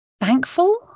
thankful